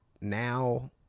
now